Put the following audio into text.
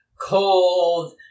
cold